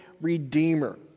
redeemer